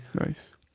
Nice